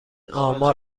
آمار